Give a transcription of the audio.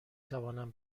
توانم